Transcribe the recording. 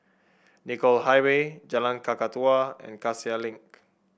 Nicoll Highway Jalan Kakatua and Cassia Link